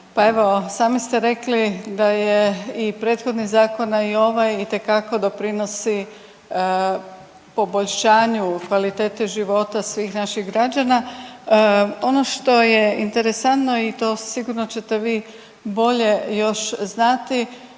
pa evo sami ste rekli da je i prethodni zakon, a i ovaj itekako doprinosi poboljšanju kvalitete života svih naših građana. Ono što je interesantno i sigurno ćete vi bolje još znati